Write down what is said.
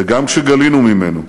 וגם כשגלינו ממנה,